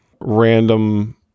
random